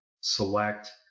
select